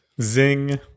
Zing